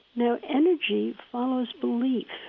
now energy follows belief.